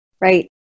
right